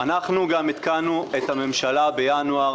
גם עדכנו את הממשלה בינואר.